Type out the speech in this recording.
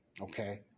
Okay